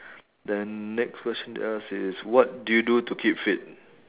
then next question they ask is what do you do to keep fit